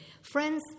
Friends